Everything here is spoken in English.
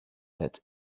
that